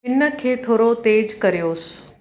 इन खे थोरो तेजु कयोसि